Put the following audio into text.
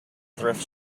thrift